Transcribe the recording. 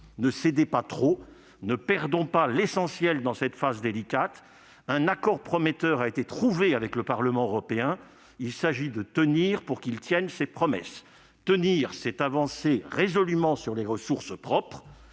ne cédez pas trop ; ne perdons pas l'essentiel dans cette phase délicate. Un accord prometteur a été trouvé avec le Parlement européen : il s'agit de tenir pour que ces promesses se concrétisent. Tenir, c'est avancer résolument sur les ressources propres